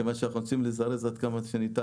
מכיוון שאנחנו רוצים לזרז את התהליך עד כמה שניתן.